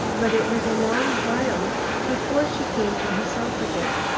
but it was a long while before she came to herself again.